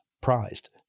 prized